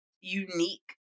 unique